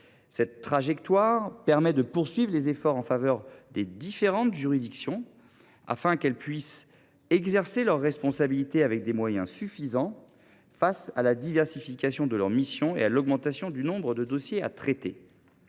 Cette trajectoire permet de poursuivre les efforts en faveur des différentes juridictions, afin qu’elles puissent exercer leurs responsabilités avec des moyens suffisants, dans un contexte de diversification des missions et d’augmentation du nombre de dossiers à traiter.